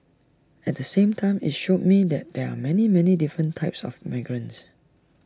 at the same time IT showed me that there are many many different types of migrants